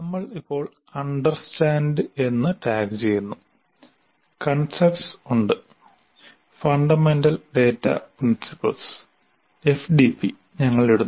നമ്മൾ ഇപ്പോൾ "അണ്ടർസ്റ്റാൻഡ് " എന്ന് ടാഗുചെയ്യുന്നു "കൺസെപ്റ്സ് " ഉണ്ട് ഫണ്ടമെന്റൽ ഡാറ്റ പ്രിൻസിപ്പൽസ് FDP ഞങ്ങൾ ഇടുന്നു